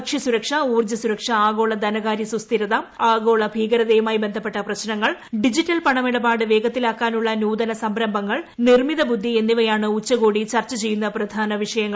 ഭക്ഷ്യസുരക്ഷ ഊർജ്ജ സുരക്ഷ ആഗോള ധനകാര്യ സുസ്ഥിരത ആഗോള ഭീകരതയുമായി ബന്ധപ്പെട്ട പ്രശ്നങ്ങൾ ഡിജിറ്റൽ പണമിടപാട് വേഗത്തിലാക്കാനുള്ള നൂതന സംരംഭങ്ങൾ നിർമ്മിത ബുദ്ധി എന്നിവയാണ് ഉച്ചകോടി ചർച്ച ചെയ്യുന്ന പ്രധാന വിഷയങ്ങൾ